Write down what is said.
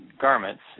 garments